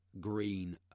green